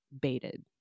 baited